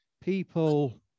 People